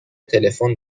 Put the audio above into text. تلفن